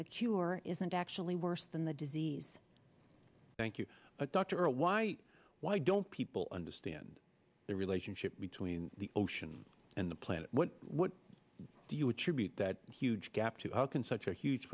cure isn't actually worse than the disease thank you dr why why don't people understand the relationship between the ocean and the planet what do you attribute that huge gap to how can such a huge